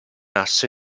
asse